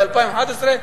ל-2011,